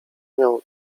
miał